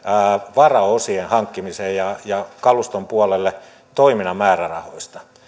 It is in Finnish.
varaosien hankkimiseen ja ja kaluston puolelle toiminnan määrärahoista